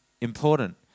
important